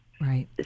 Right